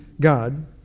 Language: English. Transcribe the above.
God